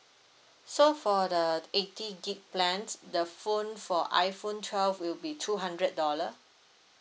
so for the eighty gigabyte plans the phone for iphone twelve will be two hundred dollar